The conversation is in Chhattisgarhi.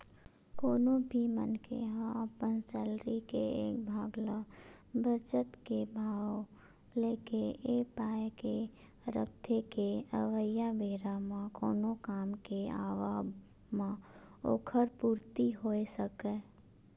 कोनो भी मनखे ह अपन सैलरी के एक भाग ल बचत के भाव लेके ए पाय के रखथे के अवइया बेरा म कोनो काम के आवब म ओखर पूरति होय सकय